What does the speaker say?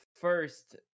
first